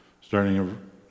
starting